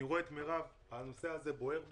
אני רואה את מירב כהן, הנושא הזה בוער בה.